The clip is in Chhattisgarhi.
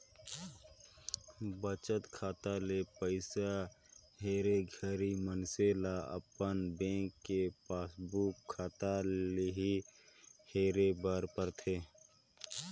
बचत खाता ले पइसा हेरे घरी मइनसे ल अपन बेंक के पासबुक खाता ले हेरे बर परथे